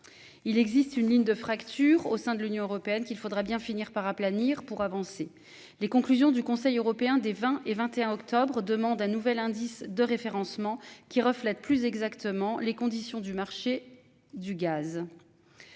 Il existe une ligne de fracture au sein de l'Union européenne, qu'il faudra bien finir par aplanir pour avancer. Les conclusions du Conseil européen des 20 et 21 octobre demande un nouvel indice de référencement qui reflètent plus exactement les conditions du marché du gaz.